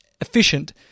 efficient